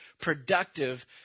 productive